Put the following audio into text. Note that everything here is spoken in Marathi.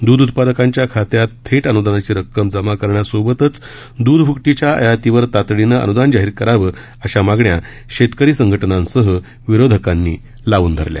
दुध उत्पादकांच्या खात्यात थेट अनुदानाची रक्कम जमा करण्यासोबतच दूध भ्कटीच्या आयातीवर तातडीनं अन्दान जाहिर करावं अशा मागण्या शेतकरी संघटनांसह विरोधकांनी लावून धरल्या